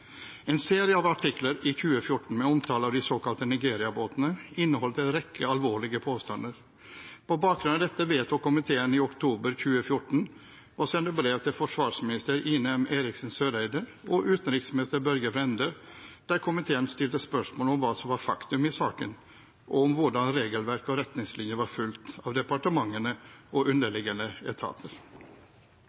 En serie av artikler i 2014 med omtale av de såkalte Nigeriabåtene inneholdt en rekke alvorlige påstander. På bakgrunn av dette vedtok komiteen i oktober 2014 å sende brev til forsvarsminister Ine M. Eriksen Søreide og utenriksminister Børge Brende, der komiteen stilte spørsmål om hva som var fakta i saken, og om hvorvidt regelverk og retningslinjer var fulgt av departementene og underliggende etater.